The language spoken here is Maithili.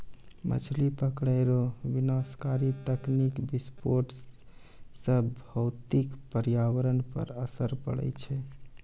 मछली पकड़ै रो विनाशकारी तकनीकी विस्फोट से भौतिक परयावरण पर असर पड़ै छै